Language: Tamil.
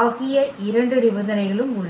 ஆகிய இரண்டு நிபந்தனைகளும் உள்ளன